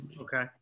Okay